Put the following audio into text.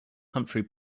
humphrey